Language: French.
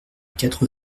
quatre